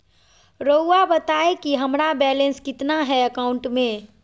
रहुआ बताएं कि हमारा बैलेंस कितना है अकाउंट में?